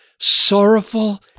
sorrowful